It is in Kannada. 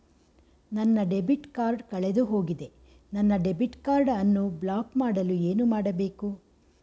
ನನ್ನ ಡೆಬಿಟ್ ಕಾರ್ಡ್ ಕಳೆದುಹೋಗಿದೆ ನನ್ನ ಡೆಬಿಟ್ ಕಾರ್ಡ್ ಅನ್ನು ಬ್ಲಾಕ್ ಮಾಡಲು ಏನು ಮಾಡಬೇಕು?